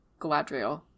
galadriel